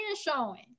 showing